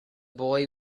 boy